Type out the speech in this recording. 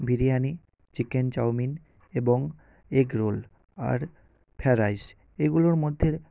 biryani chicken chowmein এবং egg roll আর fried rice এগুলোর মধ্যে